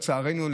לצערנו,